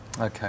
okay